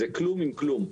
זה כלום עם כלום.